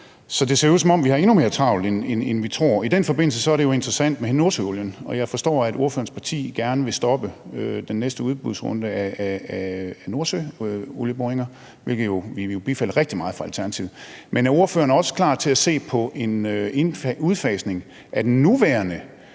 Så det ser ud, som om vi har endnu mere travlt, end vi tror. I den forbindelse er det jo interessant med nordsøolien, og jeg forstår, at ordførerens parti gerne vil stoppe den næste udbudsrunde af nordsøolieboringer, hvilket vi jo ville bifalde rigtig meget fra Alternativets side. Men er ordføreren også klar til at se på en udfasning af den nuværende